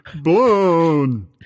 blown